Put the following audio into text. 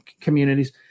communities